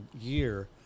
year